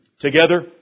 Together